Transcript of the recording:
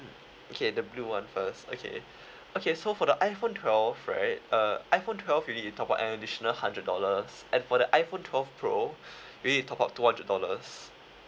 mm okay the blue one first okay okay so for the iphone twelve right uh iphone twelve you need to top up an additional hundred dollars and for the iphone twelve pro you need to top up two hundred dollars